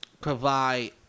Provide